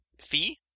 fee